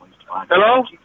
Hello